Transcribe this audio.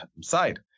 side